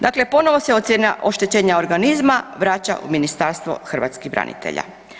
Dakle, ponovo se ocjena oštećenja organizma vraća u Ministarstvo hrvatskih branitelja.